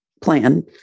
plan